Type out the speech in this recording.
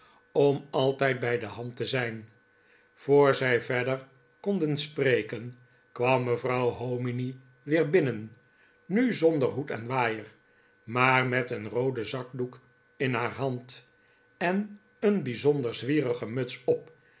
om altijd bij de hand te zijn voor zij verder konden spreken kwam mevrouw hominy weer binnen nu zonder hoed en waaier maar met een rooden zakdoek in haar hand en een bijzonder zwietige muts op